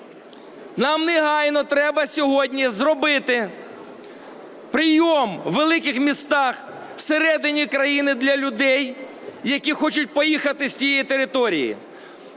Нам негайно треба сьогодні зробити прийом в великих містах всередині країни для людей, які хочуть поїхати з тієї території.